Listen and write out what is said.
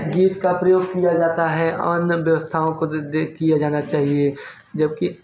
गीत का प्रयोग किया जाता है अन्य व्यवस्थाओं को देख के किया जाना चाहिए जबकि